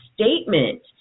statement